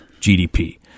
GDP